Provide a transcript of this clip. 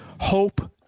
hope